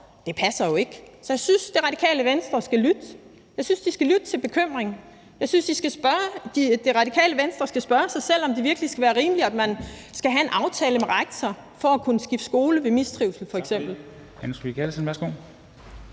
for, passer jo ikke. Så jeg synes, Radikale Venstre skal lytte. Jeg synes, de skal lytte til bekymringen. Jeg synes, Radikale Venstre skal spørge sig selv, om det virkelig er rimeligt, at man skal have en aftale med rektor for at kunne skifte skole ved f.eks. mistrivsel. Kl.